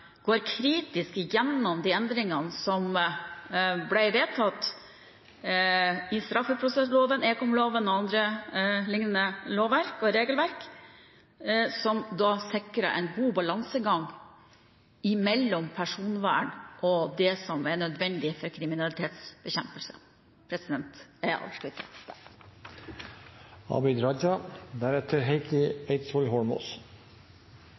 går kritisk gjennom de endringene som ble vedtatt i straffeprosessloven, ekomloven og annet liknende lovverk og regelverk, som sikrer en god balansegang mellom personvern og det som er nødvendig for kriminalitetsbekjempelse. Jeg avslutter her. Samferdselsministerens brev til komiteen var veldig godt å lese. «Direktivet eksisterer ikke lenger», står det.